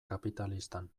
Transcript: kapitalistan